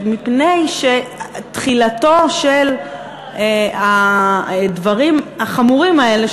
מפני שתחילתם של הדברים החמורים האלה,